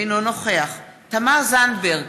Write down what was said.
אינו נוכח תמר זנדברג,